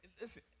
listen